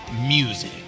Music